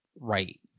right